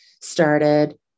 started